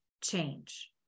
change